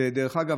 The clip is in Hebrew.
ודרך אגב,